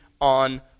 on